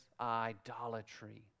idolatry